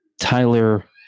Tyler